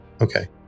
Okay